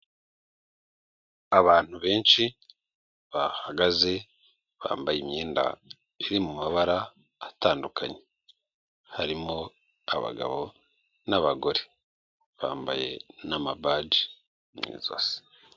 Abantu benshi bahagaze bambaye imyenda iri mu mabara atandukanye, harimo abagabo n'abagore bambaye n'amabaji mu ijosi.